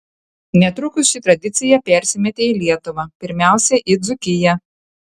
netrukus ši tradicija persimetė į lietuvą pirmiausia į dzūkiją